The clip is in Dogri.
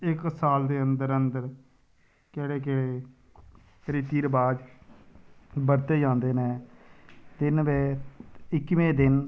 इक साल दे अंदर अंदर केह्ड़े केह्ड़े रीति रवाज बधदे जांदे न ते तिन्न ते इक्कीमें दिन